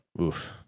oof